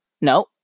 no